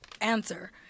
answer